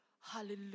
Hallelujah